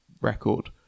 record